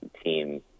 team